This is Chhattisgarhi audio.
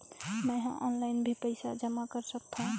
मैं ह ऑनलाइन भी पइसा जमा कर सकथौं?